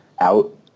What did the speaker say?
out